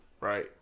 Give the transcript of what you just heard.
right